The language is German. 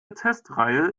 testreihe